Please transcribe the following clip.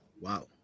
Wow